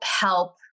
help